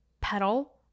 petal